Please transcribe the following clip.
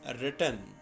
written